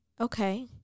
Okay